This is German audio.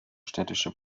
städtische